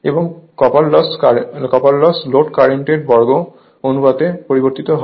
এবং copper loss load কারেন্টের বর্গ অনুপাতে পরিবর্তীত হয়